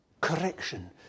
correction